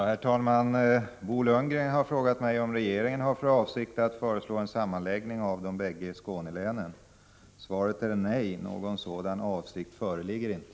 Herr talman! Bo Lundgren har frågat mig om regeringen har för avsikt att föreslå en sammanslagning av de bägge Skånelänen. Svaret är nej, någon sådan avsikt föreligger inte.